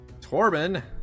Torben